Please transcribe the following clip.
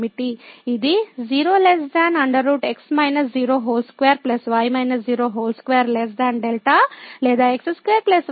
ఇది 0 2 2 δ లేదా x2 y2 δ2